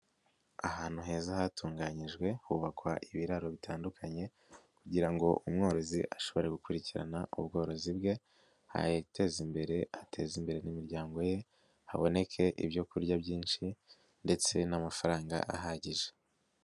Ahantu heza hatunganyijwe hubakwa ibiraro bitandukanye kugira ngo umworozi ashobore gukurikirana ubworozi bwe yiteza imbere, ateza imbere n'imiryango ye, haboneke ibyo kurya byinshi ndetse n'amafaranga ahagije.